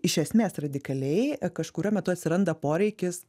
iš esmės radikaliai kažkuriuo metu atsiranda poreikis